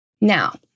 Now